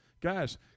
Guys